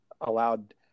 allowed